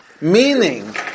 Meaning